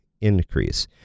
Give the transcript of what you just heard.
increase